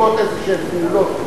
לשמור על יהדותי.